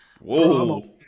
Whoa